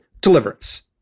Deliverance